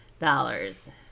Dollars